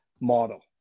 model